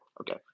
okay